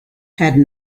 had